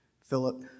Philip